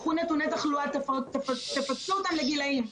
קחו נתוני תחלואה, תפשטו אותם לגילאים: